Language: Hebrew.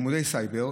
ללימודי סייבר,